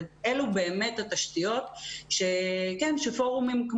אלו באמת התשתיות שכן שפרומים,